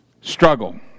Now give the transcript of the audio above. struggle